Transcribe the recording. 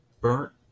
burnt